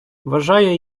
вважає